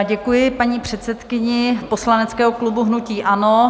Děkuji paní předsedkyni poslaneckého klubu hnutí ANO.